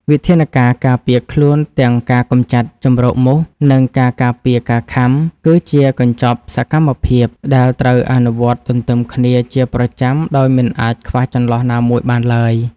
វិធានការការពារខ្លួនទាំងការកម្ចាត់ជម្រកមូស និងការការពារការខាំ គឺជាកញ្ចប់សកម្មភាពដែលត្រូវអនុវត្តទន្ទឹមគ្នាជាប្រចាំដោយមិនអាចខ្វះចន្លោះណាមួយបានឡើយ។